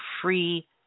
free